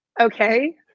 Okay